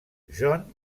john